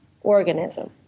organism